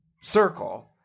circle